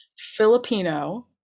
Filipino